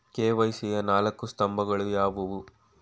KYC ಯ ನಾಲ್ಕು ಸ್ತಂಭಗಳು ಯಾವುವು?